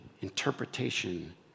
interpretation